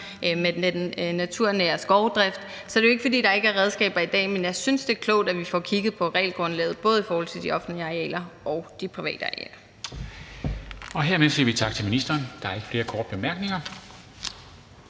med den naturnære skovdrift. Så det er jo ikke, fordi der ikke er redskaber i dag, men jeg synes, det er klogt, at vi får kigget på regelgrundlaget – i forhold til både de offentlige arealer og de private arealer. Kl. 17:26 Formanden (Henrik Dam Kristensen): Hermed siger vi tak til ministeren. Der er ikke flere korte bemærkninger,